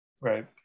Right